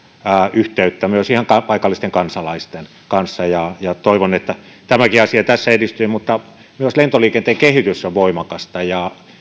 yhteyttä myös ihan paikallisten kansalaisten kanssa ja ja toivon että tämäkin asia tässä edistyy mutta myös lentoliikenteen kehitys on voimakasta ja